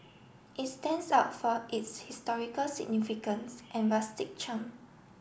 it stands out for its historical significance and rustic charm